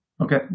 Okay